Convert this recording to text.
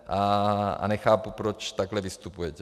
A nechápu, proč takhle vystupujete.